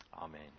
Amen